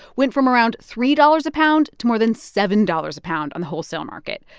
went from around three dollars a pound to more than seven dollars a pound on the wholesale market.